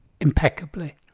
impeccably